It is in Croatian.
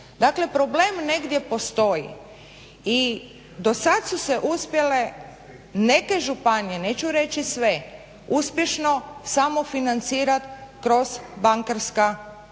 Dakle, problem negdje postoji. I do sad su se uspjele neke županije, neću reći sve uspješno samofinancirati kroz bankarska zaduženja.